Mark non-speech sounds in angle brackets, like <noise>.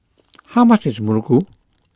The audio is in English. <noise> how much is Muruku